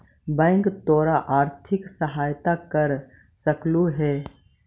bank तोर आर्थिक सहायता कर सकलो हे